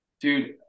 dude